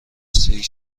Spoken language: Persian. سیرک